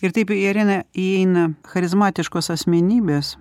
ir taip į areną įeina charizmatiškos asmenybės